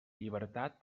llibertat